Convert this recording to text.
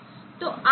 તો આ બેટરી છે